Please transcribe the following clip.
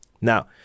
Now